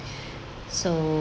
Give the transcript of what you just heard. so